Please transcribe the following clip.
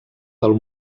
del